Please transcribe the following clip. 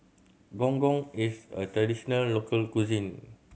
Gong Gong is a traditional local cuisine